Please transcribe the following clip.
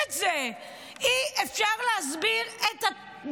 אי-אפשר להסביר את זה,